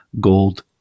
gold